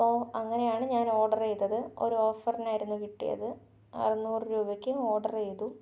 അപ്പോൾ അങ്ങനെയാണ് ഞാൻ ഓഡർ ചെയ്തത് ഒരു ഓഫറിനായിരുന്നു കിട്ടിയത് അറുന്നൂറ് രൂപക്ക് ഓഡർ ചെയ്തു